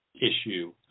issue